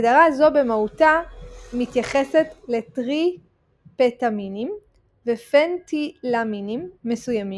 הגדרה זו במהותה מתייחסת לטריפטאמינים ופנתילאמינים מסוימים,